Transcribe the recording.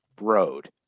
road